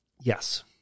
Yes